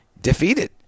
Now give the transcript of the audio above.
defeated